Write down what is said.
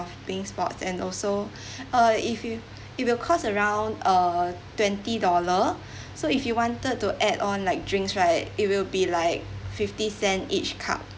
bean sprouts and also uh if you it will cost around uh twenty dollar so if you wanted to add on like drinks right it will be like fifty cent each cup